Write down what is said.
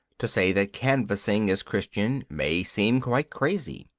to say that canvassing is christian may seem quite crazy.